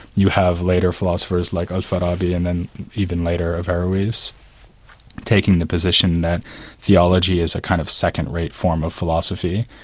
you have later philosophers like al-farabi and then even later, averroes, taking the position that theology is a kind of second-rate form of philosophy,